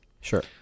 Sure